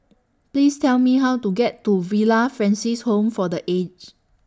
Please Tell Me How to get to Villa Francis Home For The Aged